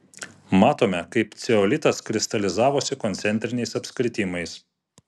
matome kaip ceolitas kristalizavosi koncentriniais apskritimais